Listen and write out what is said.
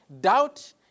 Doubt